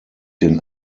den